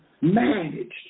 managed